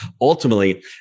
ultimately